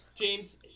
James